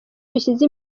dushyize